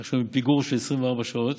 כך שאנחנו בפיגור של 24 שעות.